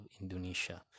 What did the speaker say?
Indonesia